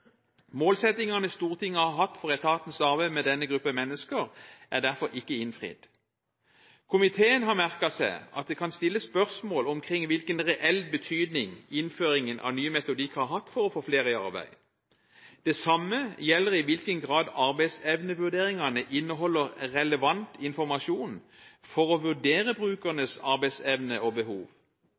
Målsettingene Stortinget har hatt for etatens arbeid med denne gruppen mennesker, er derfor ikke innfridd. Komiteen har merket seg at det kan stilles spørsmål omkring hvilken reell betydning innføringen av ny metodikk har hatt for å få flere i arbeid. Det samme gjelder i hvilken grad arbeidsevnevurderingene inneholder relevant informasjon for å vurdere brukernes arbeidsevne og behov.